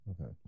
Okay